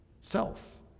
self